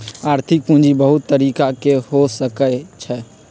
आर्थिक पूजी बहुत तरिका के हो सकइ छइ